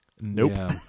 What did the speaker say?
Nope